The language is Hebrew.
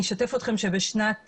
אני אשתף אתכם ואומר שבשנה זאת,